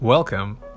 Welcome